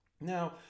Now